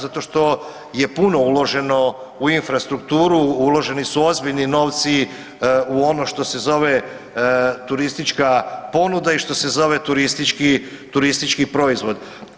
Zato što je puno uloženo u infrastrukturu, uloženi su ozbiljni novci u ono što se zove turistička ponuda i što se zove turistički proizvod.